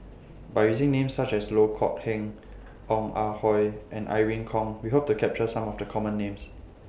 By using Names such as Loh Kok Heng Ong Ah Hoi and Irene Khong We Hope to capture Some of The Common Names